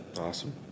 Awesome